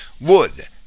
wood